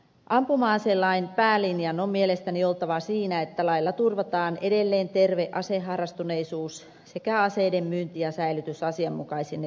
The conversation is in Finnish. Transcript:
ampuma aselain päälinjan on mielestäni oltava siinä että lailla turvataan edelleen terve aseharrastuneisuus sekä aseiden myynti ja säilytys asianmukaisine lupamenettelyineen